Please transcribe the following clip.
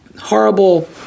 horrible